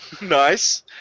Nice